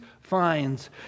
finds